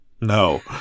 No